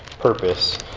purpose